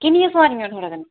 किन्नियां सोआरियां न थुआढ़े कन्नै